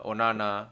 Onana